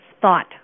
thought